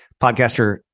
Podcaster